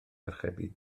archebu